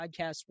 podcast